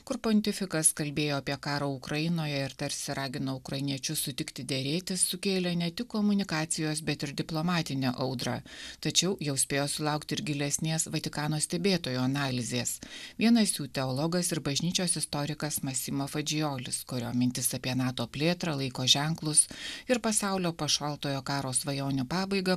kur pontifikas kalbėjo apie karą ukrainoje ir tarsi ragino ukrainiečius sutikti derėtis sukėlė ne tik komunikacijos bet ir diplomatinę audrą tačiau jau spėjo sulaukti ir gilesnės vatikano stebėtojo analizės vienas jų teologas ir bažnyčios istorikas masima kurio mintis apie nato plėtrą laiko ženklus ir pasaulio po šaltojo karo svajonių pabaigą